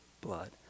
blood